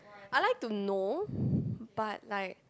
I like to know but like